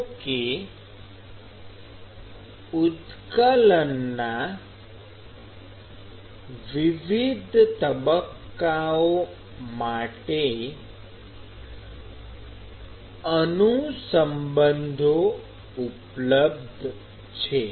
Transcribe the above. જો કે ઉત્કલનના વિવિધ તબક્કાઓ માટે અનુસંબંધો ઉપલબ્ધ છે